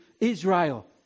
Israel